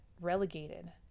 relegated